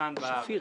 שנטחן בארץ.